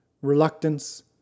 reluctance